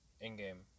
in-game